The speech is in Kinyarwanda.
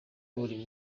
buri